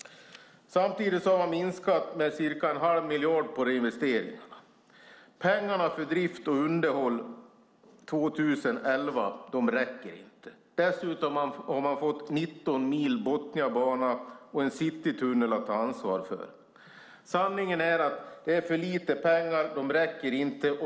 Samtidigt har man minskat med cirka en halv miljard på reinvesteringarna. Pengarna för drift och underhåll 2011 räcker inte. Dessutom har man fått 19 mil Botniabana och en Citytunnel att ta ansvar för. Sanningen är att det är för lite pengar. De räcker inte.